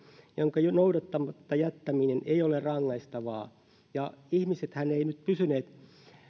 jonka noudattamatta jättäminen ei ole rangaistavaa ihmisethän eivät nyt pysyneet